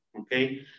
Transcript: okay